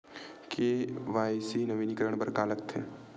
KYC नवीनीकरण बर का का लगथे?